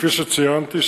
כפי שציינתי,